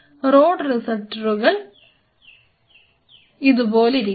road ഫോട്ടോറിസപ്റ്ററുകൾ ഇതുപോലിരിക്കും